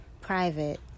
private